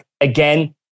again